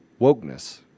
wokeness